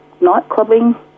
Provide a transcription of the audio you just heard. nightclubbing